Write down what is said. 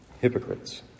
hypocrites